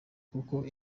kuko